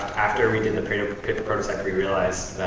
after we did the paper paper prototype, we realized